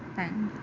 thank you